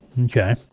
Okay